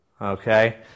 okay